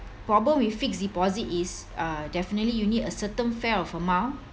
problem with fixed deposit is uh definitely you need a certain fair of amount